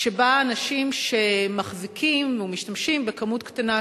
שבה אנשים שמחזיקים ומשתמשים בכמות קטנה